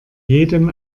jedem